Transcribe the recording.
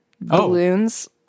Balloons